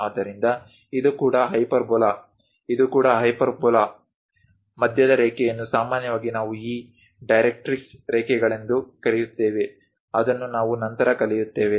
ಆದ್ದರಿಂದ ಇದು ಕೂಡ ಹೈಪರ್ಬೋಲಾ ಇದು ಕೂಡ ಹೈಪರ್ಬೋಲಾ ಮಧ್ಯದ ರೇಖೆಯನ್ನು ಸಾಮಾನ್ಯವಾಗಿ ನಾವು ಈ ಡೈರೆಕ್ಟ್ರಿಕ್ಸ್ ರೇಖೆಗಳೆಂದು ಕರೆಯುತ್ತೇವೆ ಅದನ್ನು ನಾವು ನಂತರ ಕಲಿಯುತ್ತೇವೆ